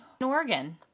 Oregon